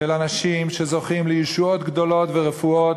של אנשים שזוכים לישועות גדולות ורפואות